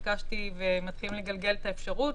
וגם על זה דיברנו בהפסקה,